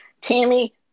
Tammy